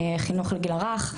בחינוך לגיל הרך,